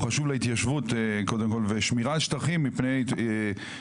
הוא חשוב להתיישבות ולשמירה על שטחים מפני פלישה